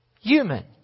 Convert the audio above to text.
human